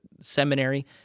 seminary